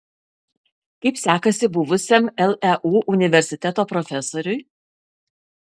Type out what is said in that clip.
kaip sekasi buvusiam leu universiteto profesoriui